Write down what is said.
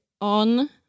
on